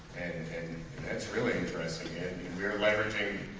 and that's really interesting and we're leveraging